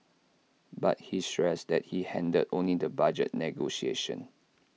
but he stressed that he handled only the budget negotiations